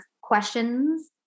questions